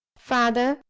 father,